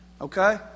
Okay